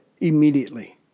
immediately